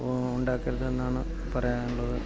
ഉണ്ടാക്കരുത് എന്നാണ് പറയാനുള്ളത്